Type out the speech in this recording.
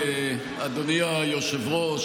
אדוני היושב-ראש,